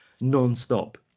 non-stop